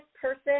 person